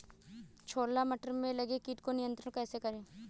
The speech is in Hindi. छोला मटर में लगे कीट को नियंत्रण कैसे करें?